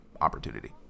opportunity